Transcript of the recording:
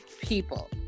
people